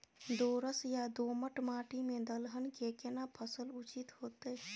दोरस या दोमट माटी में दलहन के केना फसल उचित होतै?